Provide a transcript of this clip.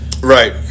Right